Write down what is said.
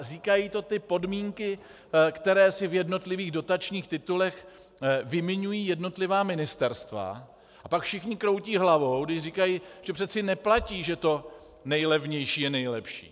Říkají to ty podmínky, které si v jednotlivých dotačních titulech vymiňují jednotlivá ministerstva, a pak všichni kroutí hlavou, když říkají, že přece neplatí, že to nejlevnější je nejlepší.